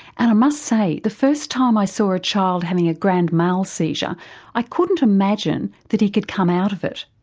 and i must say the first time i saw a child having a grand mal seizure i couldn't imagine that he could come out of it,